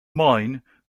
mine